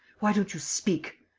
why don't you speak?